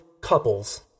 couples